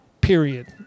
Period